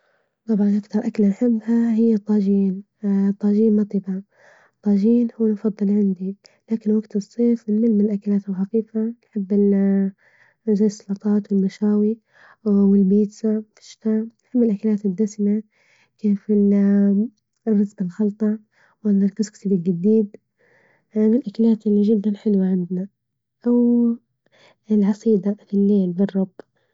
طبعا أكتر أكلة أحبها هي الطاجِن الطاجِن ما أطيبها، الطاجيب هو المفضل عندي، لكن وجت الصيف نمل من الأكلات الخفيفة ال زي السلطات والمشاوي والبيتزا كشتة، أحب الأكلات الدسمة كيف ال الرز بالخلطة والكسكسي بالجديد من الأكلات اللي جدا حلوة عندنا، والعصيدة الليل جرب.